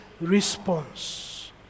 response